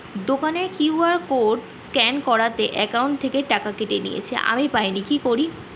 দোকানের QR code scan করাতে account থেকে টাকা কেটে নিয়েছে, আমি পাইনি কি করি?